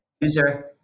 user